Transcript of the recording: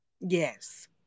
Yes